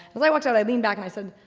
as i walked out i leaned back and i said,